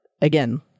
again